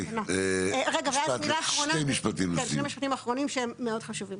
שני משפטים אחרונים שהם מאוד חשובים.